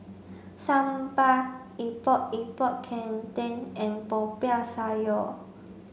Sambal Epok Epok Kentang and Popiah Sayur